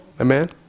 Amen